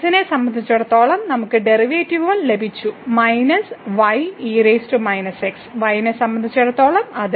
X നെ സംബന്ധിച്ചിടത്തോളം നമുക്ക് ഡെറിവേറ്റീവുകൾ ലഭിച്ചു മൈനസ് y നെ സംബന്ധിച്ചിടത്തോളം അത്